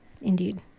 Indeed